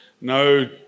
No